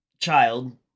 child